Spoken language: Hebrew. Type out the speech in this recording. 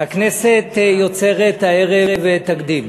הכנסת יוצרת הערב תקדים,